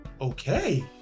okay